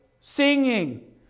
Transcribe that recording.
singing